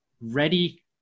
ready